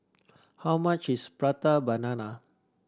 how much is Prata Banana